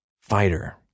fighter